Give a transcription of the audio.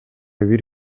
бир